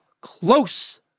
close